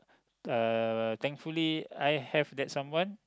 uh thankfully I have that someone